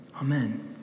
Amen